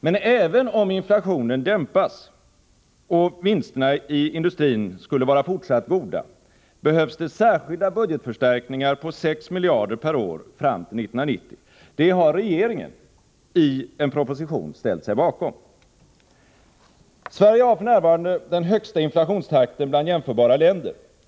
Men även om inflationen dämpas och vinsterna i industrin skulle vara fortsatt goda, behövs det särskilda budgetförstärkningar på 6 miljarder per år fram till 1990. Det har regeringen i en proposition ställt sig bakom. Sverige har för närvarande den högsta inflationstakten bland jämförbara länder.